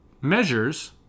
measures